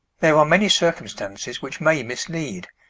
there are many circumstances which may mislead,